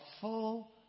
full